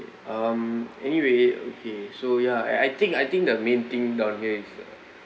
um anyway okay so ya I I think I think the main thing down here is the